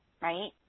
right